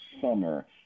summer